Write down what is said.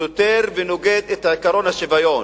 סותר ונוגד את עקרון השוויון.